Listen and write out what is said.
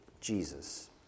Jesus